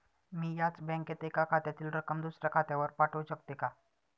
मी याच बँकेत एका खात्यातील रक्कम दुसऱ्या खात्यावर पाठवू शकते का?